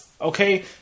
okay